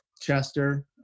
Chester